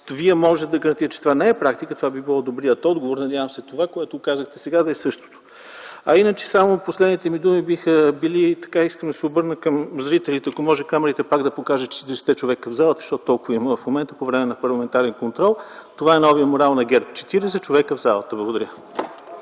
Вие можете да гарантирате, че това не е практика, това би било добрият отговор. Надявам се, това, което казахте сега, да е същото. Последните ми думи, биха били, искам да се обърна и към зрителите, ако може камерите пак да покажат четиридесетте човека в залата, защото толкова има в момента по време на парламентарен контрол. Това е новият морал на ГЕРБ – четиридесет човека в залата. РЕПЛИКИ